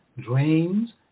drains